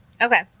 okay